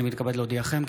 אני מתכבד להודיעכם,